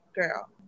girl